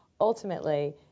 ultimately